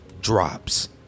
drops